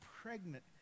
pregnant